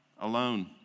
alone